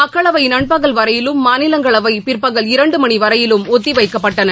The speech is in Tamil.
மக்களவை நண்பகல் வரையிலும் மாநிலங்களவை பிற்பகல் இரண்டு மணி வரையிலும் ஒத்திவைக்கப்பட்டன